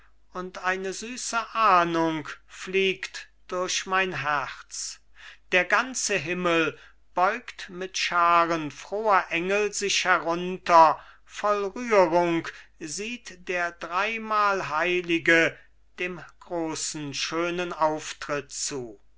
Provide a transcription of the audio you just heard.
und eine süße ahndung fliegt durch mein herz der ganze himmel beugt mit scharen froher engel sich herunter voll rührung sieht der dreimalheilige dem großen schönen auftritt zu